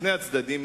בשני הצדדים,